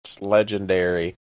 Legendary